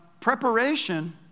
preparation